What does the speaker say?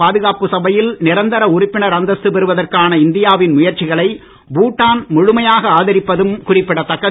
பாதுகாப்பு சபையில் நிரந்தர உறுப்பினர் அந்தஸ்து பெறுவதற்கான இந்தியாவின் முயற்சிகளை பூட்டான் முழுமையாக ஆதரிப்பதும் குறிப்பிடத்தக்கது